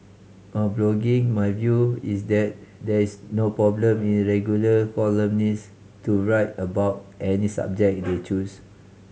on blogging my view is that there's no problem in regular columnist to write about any subject they choose